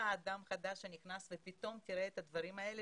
אתה אדם חדש שנכנס ופתאום תראה את הדברים האלה,